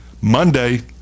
Monday